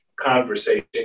conversation